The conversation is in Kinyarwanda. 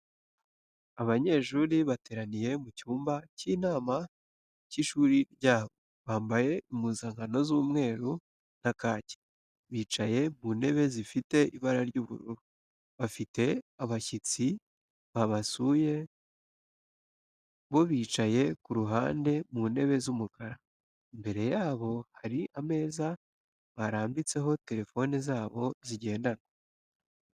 Abanyeshuri bateraniye mu cyumba cy'inama cy'ishuri ryabo, bambaye impuzankano z'umweru na kaki, bicaye mu ntebe zifite ibara ry'ubururu. Bafite abashyitsi babasuye bo bicaye ku ruhande mu ntebe z'umukara, imbere yabo hari ameza barambitseho telefoni zabo zigendanwa.